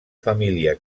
família